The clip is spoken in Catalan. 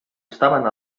estaven